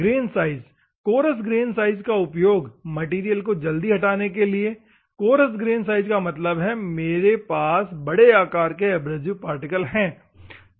grain size coarse grain size का उपयोग material को जल्दी हटाने के लिए कोरस र्ग्रन साइज का मतलब है मेरे पास बड़े आकार के एब्रेसिव पार्टिकल है